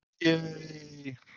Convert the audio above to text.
Yay